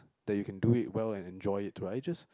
that you can do it well and enjoy it too I just